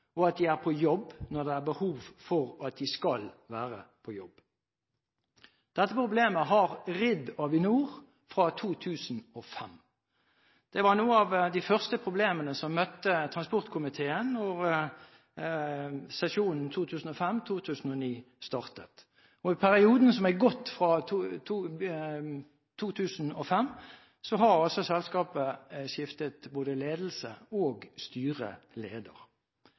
og at de er på jobb når det er behov for at de skal være på jobb. Dette problemet har ridd Avinor fra 2005. Det var noen av de første problemene som møtte transportkomiteen da sesjonen 2005–2009 startet. I perioden som har gått fra 2005, har selskapet skiftet både ledelse og